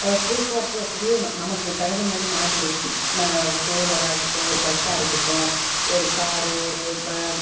போக்குவரத்து வசதியும் ந நமக்கு தகுந்தமாதிரி மாறிப்போச்சு ந டுவீலராக இருக்கட்டும் ஒரு பஸ்சாக இருக்கட்டும் ஒரு கார் ஒரு ப